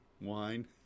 wine